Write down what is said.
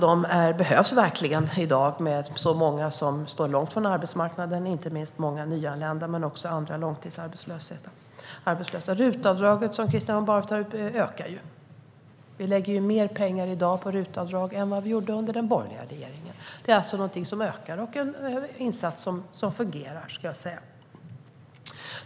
De behövs verkligen i dag, med så många som står långt från arbetsmarknaden - många nyanlända men också andra långtidsarbetslösa. RUT-avdraget, som Christian Holm Barenfeld tar upp, ökar. Vi lägger mer pengar på RUT-avdrag i dag än vi gjorde under den borgerliga regeringen. Det är alltså något som ökar och en insats som fungerar.